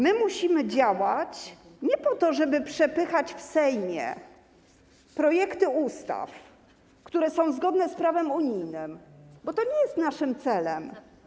My musimy działać nie po to, żeby przepychać w Sejmie projekty ustaw, które są zgodne z prawem unijnym, bo to nie jest naszym celem.